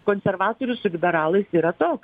konservatorių su liberalais yra tok